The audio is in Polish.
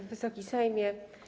Wysoki Sejmie!